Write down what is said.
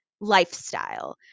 lifestyle